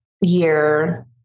year